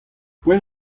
poent